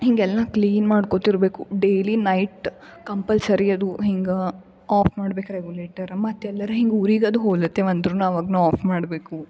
ಹಿಂಗೆಲ್ಲ ಕ್ಲೀನ್ ಮಾಡ್ಕೊತಿರಬೇಕು daily night compulsory ಅದು ಹಿಂಗೆ ಆಫ್ ಮಾಡ್ಬೇಕು ರೇಗುಲೇಟರ್ ಮತ್ತು ಎಲ್ಲರು ಹಿಂಗೆ ಊರಿಗದು ಹೋಲುತ್ತೆ ಅಂದರು ನಾವು ಅವಾಗ ನಾವು ಆಫ್ ಮಾಡಬೇಕು